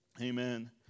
Amen